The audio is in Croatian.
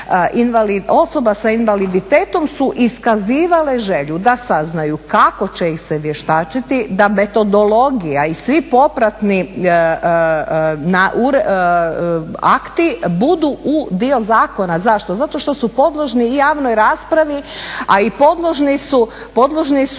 osoba sa invaliditetom su iskazivale želju da saznaju kako će ih se vještačiti, da metodologija i svi popratni akti budu dio zakona. Zašto? Zato što su podložni i javnoj raspravi, a i podložni su na